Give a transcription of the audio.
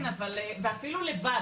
כן ואפילו לבד,